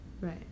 Right